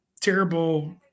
terrible